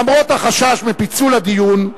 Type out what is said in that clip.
למרות החשש מפיצול הדיון,